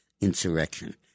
insurrection